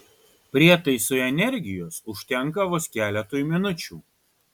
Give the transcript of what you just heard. prietaisui energijos užtenka vos keletui minučių